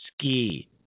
Ski